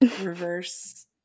reverse